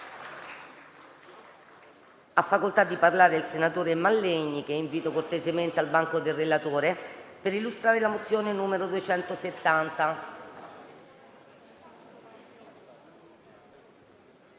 Ha facoltà di parlare il senatore Mallegni - che invito cortesemente a recarsi al banco del relatore - per illustrare la mozione n. 270.